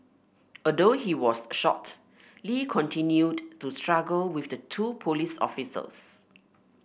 although he was shot Lee continued to struggle with the two police officers